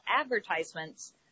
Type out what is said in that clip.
advertisements